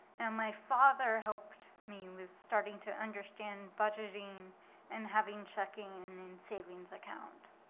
and my father helped me with starting to understand budgeting and having checking and then savings account.